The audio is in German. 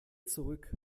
zurück